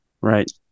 Right